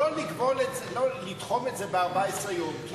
לא לתחום את זה ב-14 יום.